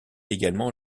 également